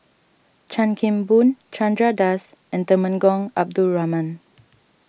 Chan Kim Boon Chandra Das and Temenggong Abdul Rahman